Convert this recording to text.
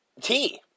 tea